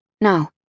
No